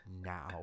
now